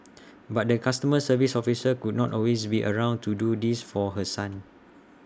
but the customer service officer could not always be around to do this for her son